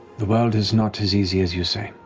the world is not as easy as you say.